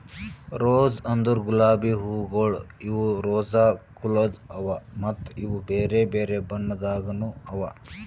rose ಅಂದುರ್ ಗುಲಾಬಿ ಹೂವುಗೊಳ್ ಇವು ರೋಸಾ ಕುಲದ್ ಅವಾ ಮತ್ತ ಇವು ಬೇರೆ ಬೇರೆ ಬಣ್ಣದಾಗನು ಅವಾ